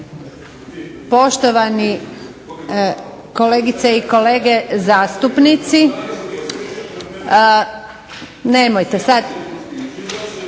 Poštovani kolegice i kolege zastupnici, nemojte sada.